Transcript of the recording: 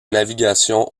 navigation